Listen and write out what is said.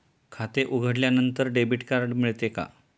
खाते उघडल्यानंतर debit card मिळते का?